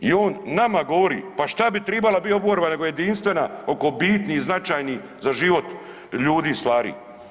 I on nama govori pa šta bi tribala bit oporba nego jedinstvena oko biti značajnih za život ljudi i stvari.